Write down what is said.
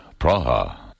Praha